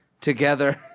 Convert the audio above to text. together